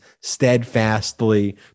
steadfastly